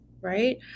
right